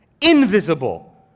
Invisible